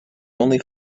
only